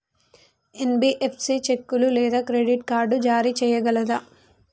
NBFC చెక్కులు లేదా credit card జారీ చేయగలదా?